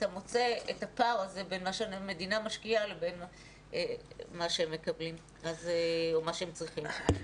אתה מוצא את הפער הזה בין מה שהמדינה משקיעה לבין מה שהם צריכים לקבל.